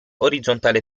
orizzontale